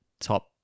top